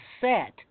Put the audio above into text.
set